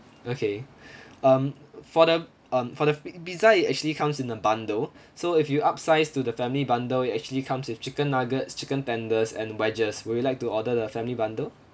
okay um for the um for the p~ pizza it actually comes in a bundle so if you upsize to the family bundle it actually comes with chicken nuggets chicken tenders and wedges would you like to order the family bundle